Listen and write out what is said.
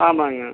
ஆமாங்க